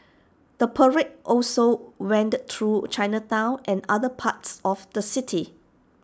the parade also wended through Chinatown and other parts of the city